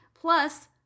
Plus